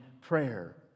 prayer